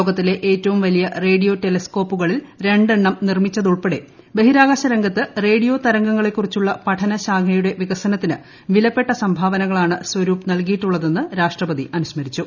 ലോകത്തിലെ ഏറ്റവും വലിയ റേഡിയോ ടെല്സ്കോപ്പുകളിൽ രണ്ടെണ്ണം നിർമ്മിച്ചതുൾ പ്പെടെ ബഹിരാകാശ രംഗത്ത് റേഡിയോ തരംഗങ്ങളെക്കുറിച്ചുള്ള പഠനശാഖയുടെ വികസനത്തിന് വിലപ്പെട്ട സംഭാവന കളാണ് സ്വരൂപ് നൽകിയിട്ടുള്ളതെന്നും രാഷ്ട്രപതി അനുസ്മരിച്ചു